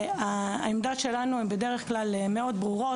העמדות שלנו הן בדרך כלל מאוד ברורות,